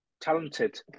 talented